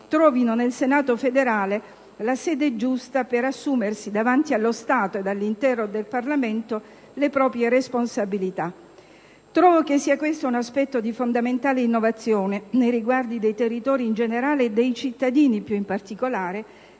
trovino nel Senato federale la sede giusta per assumersi, davanti allo Stato e all'interno del Parlamento, le proprie responsabilità. Trovo che questo sia un aspetto di fondamentale innovazione nei riguardi dei territori in generale, e dei cittadini più in particolare,